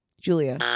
Julia